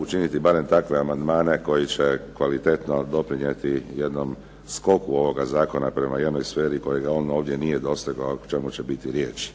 učiniti barem takve amandmane koji će kvalitetno doprinijeti jednom skoku ovoga Zakona prema jednoj sferi kojega on ovdje nije dosegao a o čemu će biti riječi.